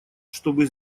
чтобы